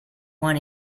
won